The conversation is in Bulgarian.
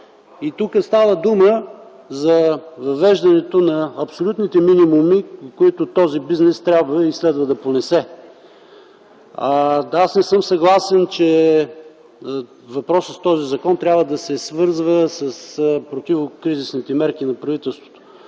Тук става дума за въвеждането на абсолютните минимуми, които този бизнес трябва и следва да понесе! Не съм съгласен, че въпросът с този закон трябва да се свързва с противокризисните мерки на правителството.